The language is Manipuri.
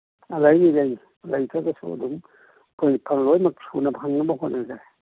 ꯑ ꯂꯩꯅꯤ ꯂꯩꯅꯤ ꯂꯩꯇ꯭ꯔꯒꯁꯨ ꯑꯗꯨꯝ ꯑꯩꯈꯣꯏ ꯃꯈꯜ ꯂꯣꯏꯃꯛ ꯁꯨꯅ ꯐꯪꯅꯕ ꯍꯣꯠꯅꯖꯒꯦ